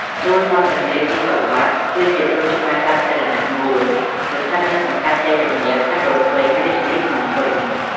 សួនមាត់ទន្លេស៊ីសុវត្ថិ គឺជាសួនច្បារសាធារណៈមួយស្ថិតនៅសង្កាត់ជ័យជំនះ ខណ្ឌដូនពេញ រាជធានីភ្នំពេញ។